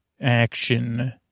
action